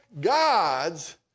God's